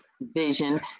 vision